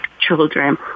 children